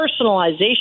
personalization